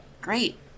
great